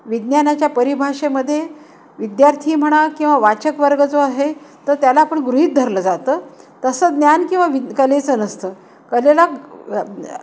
विज्ञानाच्या परिभाषेमध्ये विद्यार्थी म्हणा किंवा वाचकवर्ग जो आहे त त्याला आपण गृहित धरलं जातं तसं ज्ञान किंवा वि कलेचं नसतं कलेला